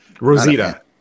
Rosita